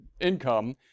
income